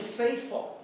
faithful